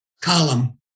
column